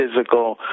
physical